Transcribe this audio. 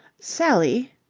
sally.